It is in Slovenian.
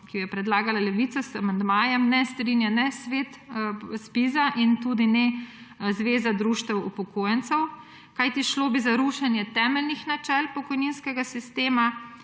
ki jo je predlagala Levica, z amandmajem, ne strinja ne Svet Zpiza in tudi ne Zveza društev upokojencev, kajti šlo bi za rušenje temeljnih načel pokojninskega sistema.